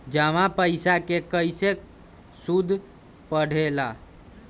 जमा पईसा के कइसे सूद बढे ला?